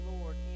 Lord